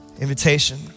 invitation